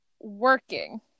working